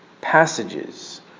passages